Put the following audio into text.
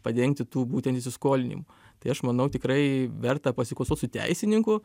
padengti tų būtent įsiskolinimų tai aš manau tikrai verta pasikonsultuot su teisininku